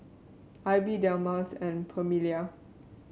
Ivie Delmus and Permelia